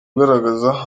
ugaragaza